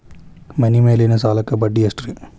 ಮನಿ ಮೇಲಿನ ಸಾಲಕ್ಕ ಬಡ್ಡಿ ಎಷ್ಟ್ರಿ?